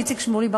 איציק שמולי,